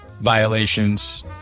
violations